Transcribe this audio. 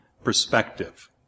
perspective